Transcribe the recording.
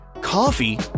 Coffee